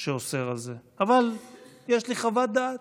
שאוסר על זה, אבל יש לי חוות דעת.